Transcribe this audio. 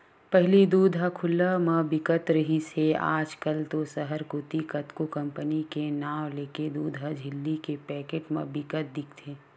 पहिली दूद ह खुल्ला म बिकत रिहिस हे आज कल तो सहर कोती कतको कंपनी के नांव लेके दूद ह झिल्ली के पैकेट म बिकत दिखथे